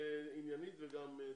עניינית וגם תקציבית.